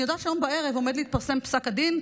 אני יודעת שהיום בערב עומד להתפרסם פסק הדין,